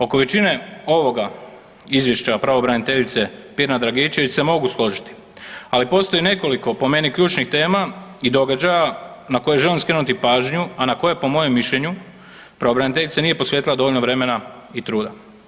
Oko većine ovoga izvješća pravobraniteljice Pirnat Dragičević se mogu složiti, ali postoji nekoliko po meni ključnih tema i događaja na koje želim skrenuti pažnju, a na koje po mojem mišljenju pravobraniteljica nije posvetila dovoljno vremena i truda.